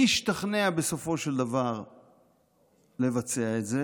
מי השתכנע בסופו של דבר לבצע את זה?